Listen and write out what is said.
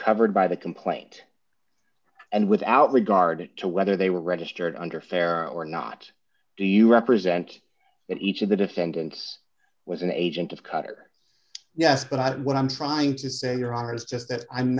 covered by the complaint and without regard to whether they were registered under fair or not do you represent that each of the defendants was an agent of cutter yes but what i'm trying to say your honor is just that i'm